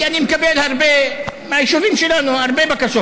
כי אני מקבל מהיישובים שלנו הרבה בקשות